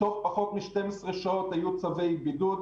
תוך פחות מ-12 שעות היו צווי בידוד.